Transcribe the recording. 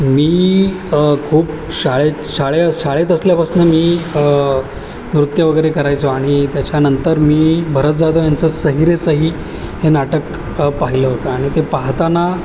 मी खूप शाळेत शाळे शाळेत असल्यापासनं मी नृत्य वगैरे करायचो आणि त्याच्यानंतर मी भरत जाधव यांचं सही सही हे नाटक पाहिलं होतं आणि ते पाहताना